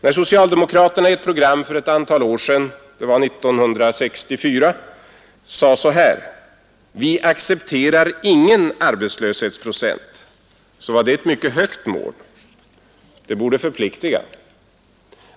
När socialdemokraterna i ett program för ett antal år sedan — 1964 — sade: ”Vi accepterar ingen arbetslöshetsprocent”, så var det ett mycket högt mål. Det borde förpliktiga.